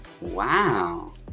wow